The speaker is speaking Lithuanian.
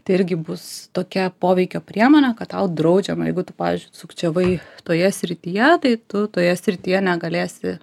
tai irgi bus tokia poveikio priemonė kad tau draudžiama jeigu tu pavyzdžiui sukčiavai toje srityje tai tu toje srityje negalėsi